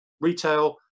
retail